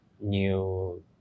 new